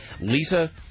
Lisa